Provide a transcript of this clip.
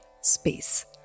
space